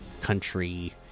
country